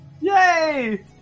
Yay